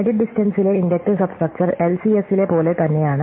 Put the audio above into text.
edit ഡിസ്റ്റ്റെന്സിലെ inductive substructure എൽസിഎസിലെ പോലെ തന്നെയാണ്